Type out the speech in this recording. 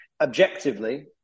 objectively